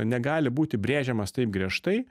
negali būti brėžiamas taip griežtai